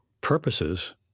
purposes